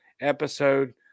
episode